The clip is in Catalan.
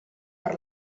per